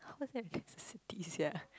course have necessity sia